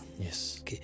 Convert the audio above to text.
Yes